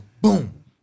boom